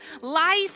life